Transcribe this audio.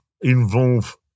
involve